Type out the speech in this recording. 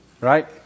Right